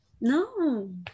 No